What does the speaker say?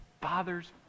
father's